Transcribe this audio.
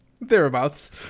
thereabouts